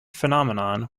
phenomenon